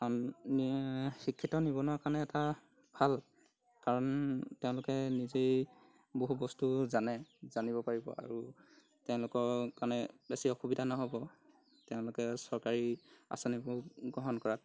কাৰণ শিক্ষিত নিবনুৱাৰ কাৰণে এটা ভাল কাৰণ তেওঁলোকে নিজেই বহু বস্তু জানে জানিব পাৰিব আৰু তেওঁলোকৰ কাৰণে বেছি অসুবিধা নহ'ব তেওঁলোকে চৰকাৰী আঁচনিবোৰ গ্ৰহণ কৰাত